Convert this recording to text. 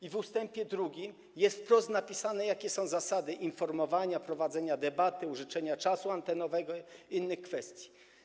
I w ust. 2 jest wprost napisane, jakie są zasady informowania, prowadzenia debaty, użyczania czasu antenowego i innych kwestii.